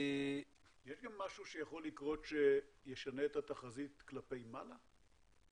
יש גם משהו שיכול לקרות שישנה את התחזית כלפי מעלה?